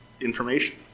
information